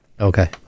Okay